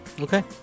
okay